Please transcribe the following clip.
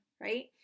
right